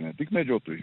ne tik medžiotojai